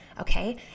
Okay